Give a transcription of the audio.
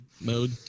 mode